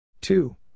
Two